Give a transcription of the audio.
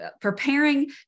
preparing